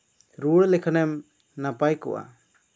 ᱨᱩᱣᱟᱹᱲ ᱞᱮᱠᱷᱟᱱᱮᱢ ᱱᱟᱯᱟᱭ ᱠᱚᱜᱼᱟ